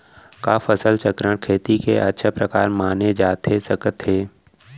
का फसल चक्रण, खेती के अच्छा प्रकार माने जाथे सकत हे?